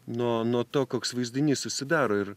nuo nuo to koks vaizdinys susidaro ir